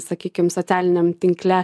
sakykim socialiniam tinkle